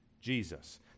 Jesus